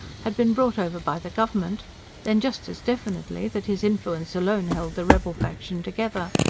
had been bought over by the government then, just as definitely, that his influence alone held the rebel faction together.